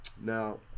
Now